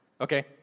Okay